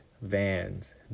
vans